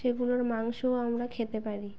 সেগুলোর মাংসও আমরা খেতে পারি